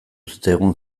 zitzaigun